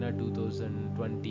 2020